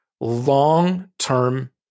long-term